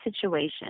situation